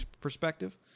perspective